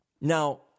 Now